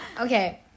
Okay